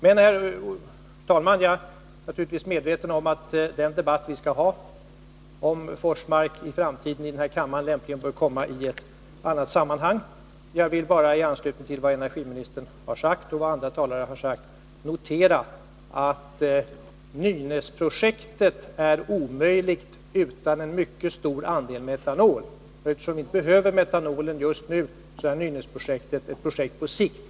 Jag är naturligtvis medveten om att den debatt vi skall föra om Forsmark i framtiden i denna kammare lämpligen bör komma i annat sammanhang. Jag vill bara i anslutning till vad energiministern och andra talare har sagt notera att Nynäsprojektet är omöjligt utan en mycket stor andel metanol. Och eftersom vi inte behöver metanolen just nu, är Nynäsprojektet ett projekt på sikt.